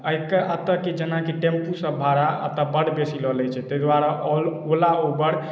एहिके एतए जेनाकी टेम्पू सब भाड़ा अतए बड बेसी लए लै छै ताहि दुआरे ओला ऊबर